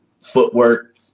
footwork